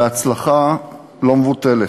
בהצלחה לא מבוטלת.